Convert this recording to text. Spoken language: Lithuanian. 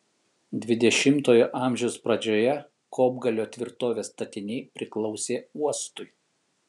dvidešimtojo amžiaus pradžioje kopgalio tvirtovės statiniai priklausė uostui